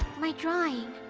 my drawing.